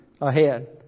Ahead